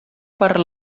per